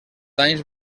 anys